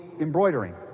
embroidering